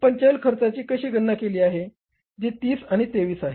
आपण चल खर्चाची गणना केली आहे जी 30 आणि 23 आहे